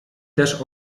też